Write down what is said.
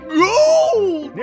gold